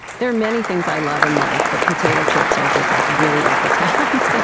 there are many things i love in life, but potato chips are just like really at the top.